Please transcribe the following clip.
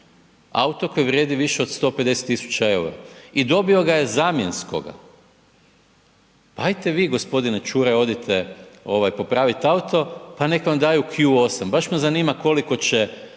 auto koji vrijedi više od 150.000 eura i dobio ga je zamjenskoga. Ajte vi gospodine Čuraj odite popravit auto pa neka vam daju Q8 baš me zanima koliko će